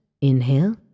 Inhale